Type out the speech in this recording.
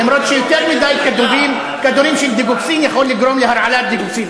אף שיותר מדי כדורים של "דיגוקסין" יכולים לגרום להרעלת "דיגוקסין".